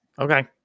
okay